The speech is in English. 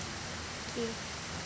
okay